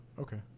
Okay